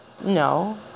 No